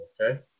Okay